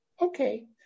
Okay